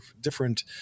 different